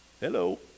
Hello